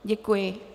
Děkuji.